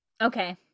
Okay